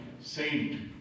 saint